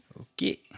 Okay